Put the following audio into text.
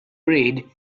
raid